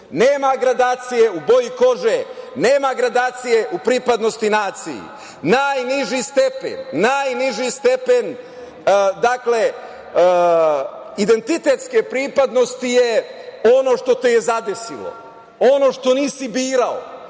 Nema gradacije u boji kože, nema gradacije u pripadnosti naciji. Najniži stepen identitetske pripadnosti je ono što te je zadesilo, ono što nisi birao,